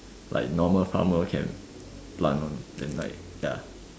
like normal farmer can plant one then like ya